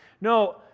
No